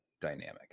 dynamic